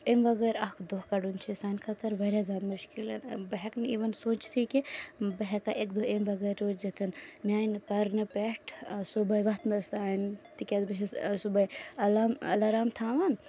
امہِ وَغٲر اَکھ دۄہ کَڑُن چھِ سانہِ خٲطرٕ واریاہ زیادٕ مُشکِلَن بہٕ ہٮ۪کہٕ نہٕ اِوٕن سوٗنٛچتھٕے کہِ بہٕ ہٮ۪کا اَکہِ دۄہ اَمہِ بَغٲر روٗزِتھ میٛانہِ پَرنہٕ پٮ۪ٹھ صُبحٲے وۄتھنَس تانۍ تِکیٛازِ بہٕ چھس صُبحٲے اَلام اَلارام تھاوان